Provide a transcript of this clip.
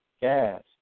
gas